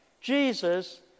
Jesus